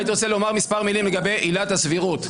הייתי רוצה לומר מספר מילים לגבי עילת הסבירות.